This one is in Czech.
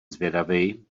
zvědavej